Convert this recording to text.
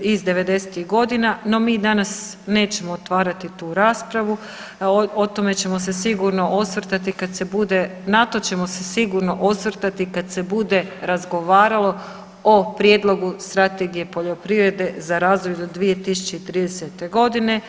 iz '90.-tih godina, no mi danas nećemo otvarati tu raspravu o tome ćemo se sigurno osvrtati kada se bude, na to ćemo se sigurno osvrtati kad se bude razgovaralo o prijedlogu strategije poljoprivrede za razdoblje do 2030. godine.